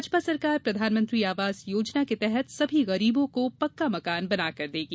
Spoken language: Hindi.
भाजपा सरकार प्रधानमंत्री आवास योजना के तहत सभी गरीबों को पक्का मकान बनाकर देगी